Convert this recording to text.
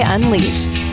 Unleashed